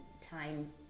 time